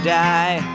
die